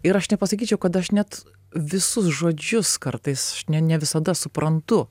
ir aš nepasakyčiau kad aš net visus žodžius kartais ne ne visada suprantu